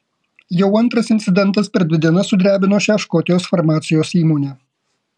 jau antras incidentas per dvi dienas sudrebino šią škotijos farmacijos įmonę